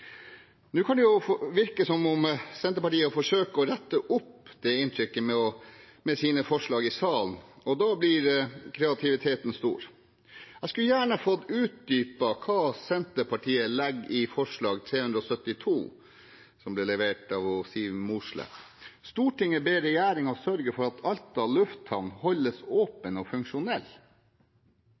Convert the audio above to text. virke som om Senterpartiet forsøker å rette opp det inntrykket med sine forslag i salen, og da blir kreativiteten stor. Jeg skulle gjerne fått utdypet hva Senterpartiet legger i forslag nr. 372, som ble levert av Siv Mossleth: «Stortinget ber regjeringen sørge for at Alta lufthavn holdes åpen og funksjonell.»